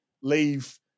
leave